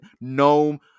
Gnome